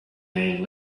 man